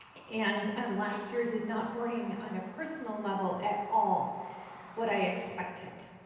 and last year did not bring on a personal level at all what i expected.